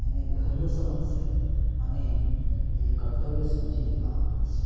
એને ધર્મ સમજસે અને એ કર્તવ્ય સમજીને કામ કરશે